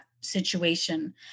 situation